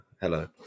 hello